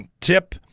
tip